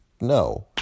no